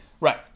Right